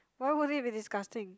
why would it be disgusting